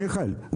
מיכאל,